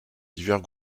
divers